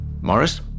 Morris